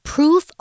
Proof